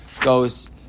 goes